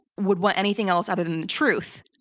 would want anything else other than the truth.